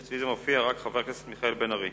אצלי זה מופיע רק חבר הכנסת מיכאל בן-ארי.